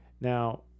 now